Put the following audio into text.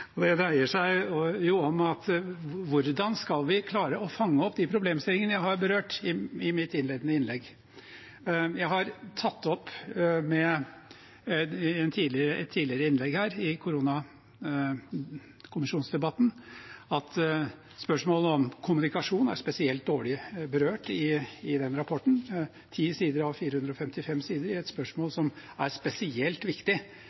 og det dreier seg om: Hvordan skal vi klare å fange opp de problemstillingene jeg har berørt i mitt innledende innlegg? Jeg har tatt det opp i et tidligere innlegg her, i koronakommisjonsdebatten, at spørsmålet om kommunikasjon er spesielt dårlig berørt i den rapporten – 10 av 455 sider, om et spørsmål som er spesielt viktig